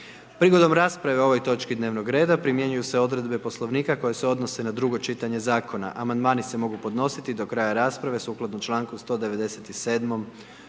Prigodom rasprave o ovoj točki dnevnog reda primjenjuju se odredbe Poslovnika koje se odnose na drugo čitanje zakona. Amandmani se mogu podnositi do kraja rasprave sukladno članku 197.